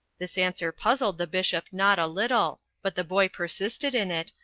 this answer puzzled the bishop not a little but the boy persisted in it,